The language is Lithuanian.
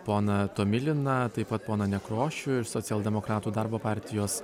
poną tomiliną taip pat poną nekrošių iš socialdemokratų darbo partijos